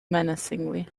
menacingly